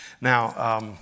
Now